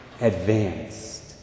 advanced